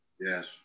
Yes